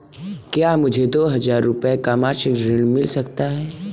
क्या मुझे दो हजार रूपए का मासिक ऋण मिल सकता है?